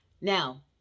now